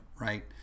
right